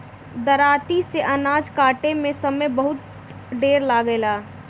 दराँती से अनाज काटे में समय बहुत ढेर लागेला